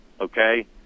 okay